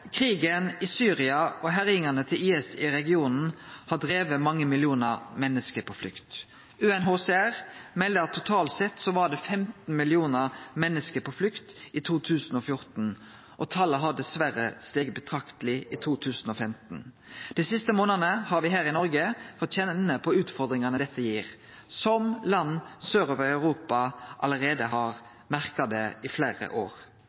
Krigen i Syria og herjingane til IS i regionen har drive mange millionar menneske på flukt. UNHCR melder at totalt sett var 15 millionar menneske på flukt i 2014. Talet har dessverre stige betrakteleg i 2015. Dei siste månadene har me her i Noreg fått kjenne på utfordringane dette gir, noko som land sør i Europa har merka allereie i fleire år.